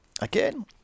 Again